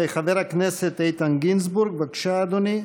חבר הכנסת איתן גינזבורג, בבקשה, אדוני,